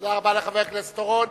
תודה רבה לחבר הכנסת אורון.